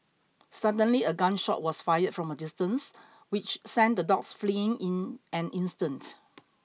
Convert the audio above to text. suddenly a gun shot was fired from a distance which sent the dogs fleeing in an instant